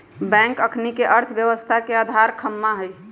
bank अखनिके अर्थव्यवस्था के अधार ख़म्हा हइ